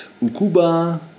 Ukuba